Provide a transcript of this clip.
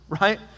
right